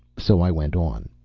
so i went on.